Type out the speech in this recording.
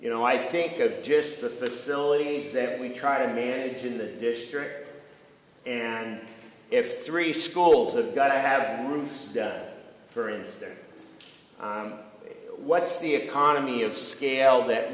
you know i think of just the facilities that we try to manage in the district and if three schools have got to have routes for instance what's the economy of scale that